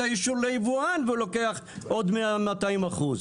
האישור ליבואן והוא לוקח עוד 100-200 אחוז,